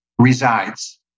resides